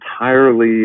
entirely